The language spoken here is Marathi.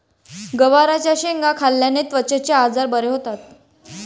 गवारच्या शेंगा खाल्ल्याने त्वचेचे आजार बरे होतात